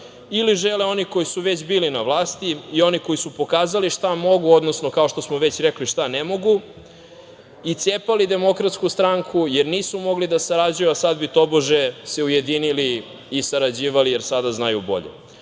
ili žele one koji su već bili na vlasti i one koji su pokazali šta mogu, odnosno, kao što smo već rekli, šta ne mogu i cepali DS jer nisu mogli da sarađuju, a sad bi se, tobože, ujedinili i sarađivali, jer sada znaju bolje. Lično